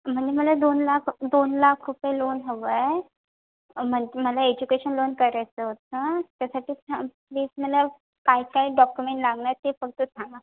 म्हणजे मला दोन लाख दोन लाख रुपये लोन हवं आहे म्हण मला एज्युकेशन लोन करायचं होतं त्यासाठी प्लीज मला काय काय डॉक्युमेंट लागणार ते फक्त सांगा